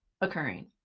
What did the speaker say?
occurring